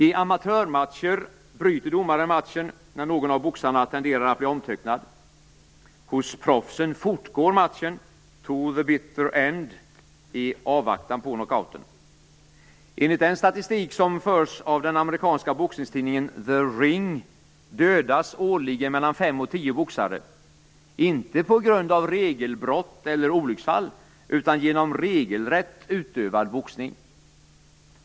I amatörmatcher bryter domaren matchen när någon av boxarna tenderar att bli omtöcknad. Hos proffsen fortgår matchen "to the bitter end" i avvaktan på knockouten. Enligt den statistik som förs av den amerikanska boxningstidningen The Ring dödas årligen mellan fem och tio boxare - inte på grund av regelbrott eller olycksfall utan genom regelrätt utövad boxning.